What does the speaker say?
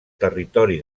territori